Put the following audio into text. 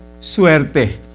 suerte